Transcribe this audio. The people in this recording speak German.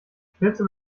schnitzel